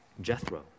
Jethro